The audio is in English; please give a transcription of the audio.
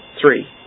Three